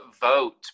vote